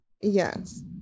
Yes